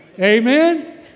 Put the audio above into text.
Amen